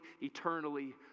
eternally